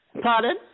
Pardon